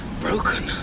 Broken